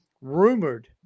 rumored